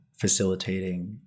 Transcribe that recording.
facilitating